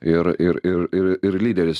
ir ir ir ir ir lyderis